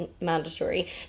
mandatory